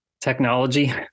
technology